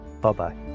Bye-bye